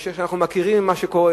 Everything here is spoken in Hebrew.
כי אנחנו מכירים מה שקורה,